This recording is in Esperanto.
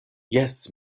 jes